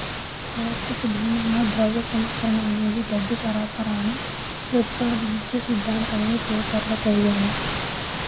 వ్యవస్థకు భిన్నంగా ద్రవ్య సంస్కరణ అనేది డబ్బు సరఫరాని ప్రతిపాదించే సిద్ధాంతమని పేపర్లో చదివాను